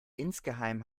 insgeheim